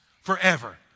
forever